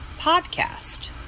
podcast